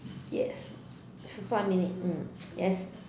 yes f~ five minutes mm yes